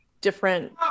different